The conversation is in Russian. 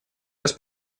раз